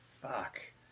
fuck